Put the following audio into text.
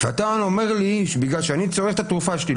ואתה אומר לי שבגלל שאני צורך את התרופה שלי,